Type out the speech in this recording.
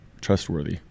trustworthy